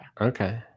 Okay